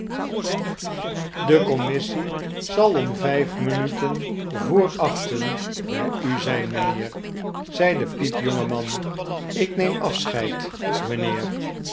de commissie zal om vijf minuten voor achten bij u zijn mijnheer zei de piepjonge man ik neem afscheid mijnheer